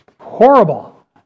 horrible